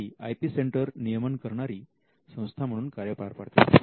त्यासाठी I P centre नियमन करणारी संस्था म्हणून कार्य पार पाडते